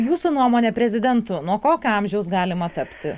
jūsų nuomone prezidentu nuo kokio amžiaus galima tapti